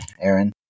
Aaron